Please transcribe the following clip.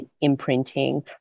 imprinting